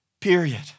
period